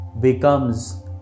becomes